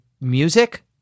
music